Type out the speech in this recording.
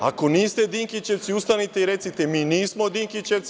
Ako niste dinkićevci ustanite i recite – mi nismo dinkićevci.